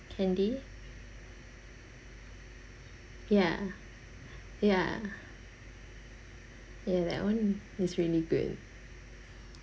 candy ya ya ya that one is really good